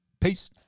Peace